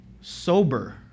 sober